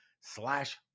slash